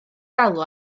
galw